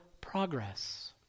progress